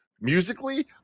musically